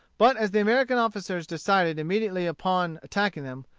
but as the american officers decided immediately upon attacking them,